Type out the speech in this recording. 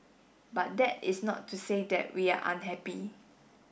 but that is not to say that we are unhappy